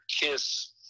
Kiss